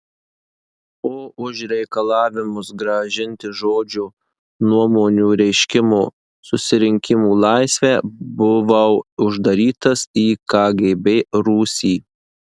o už reikalavimus grąžinti žodžio nuomonių reiškimo susirinkimų laisvę buvau uždarytas į kgb rūsį